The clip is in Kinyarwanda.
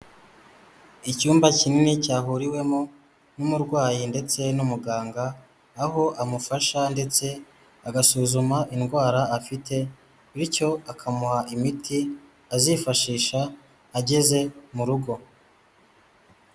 Icyumba kinini cyahuriwemo n'umurwayi ndetse n'umuganga, aho amufasha, ndetse agasuzuma indwara afite, bityo akamuha imiti azifashisha ageze mu rugo.